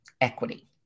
equity